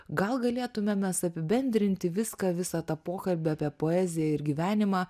gal galėtumėm mes apibendrinti viską visą tą pokalbį apie poeziją ir gyvenimą